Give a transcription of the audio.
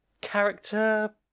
character